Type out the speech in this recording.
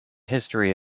history